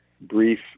brief